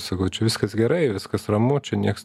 sakau čia viskas gerai viskas ramu čia nieks